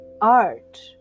art